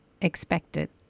expected